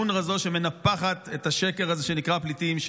אונר"א זו שמנפחת את השקר הזה שנקרא פליטים,